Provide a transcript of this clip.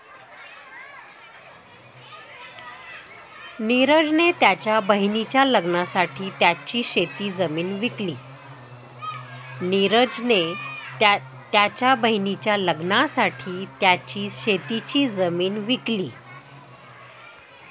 निरज ने त्याच्या बहिणीच्या लग्नासाठी त्याची शेतीची जमीन विकली